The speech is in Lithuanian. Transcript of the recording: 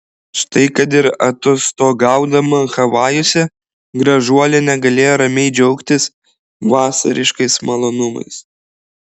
štai kad ir atostogaudama havajuose gražuolė negalėjo ramiai džiaugtis vasariškais malonumais